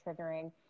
triggering